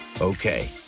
Okay